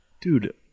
Dude